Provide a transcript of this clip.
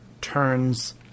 turns